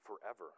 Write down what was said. forever